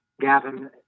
Gavin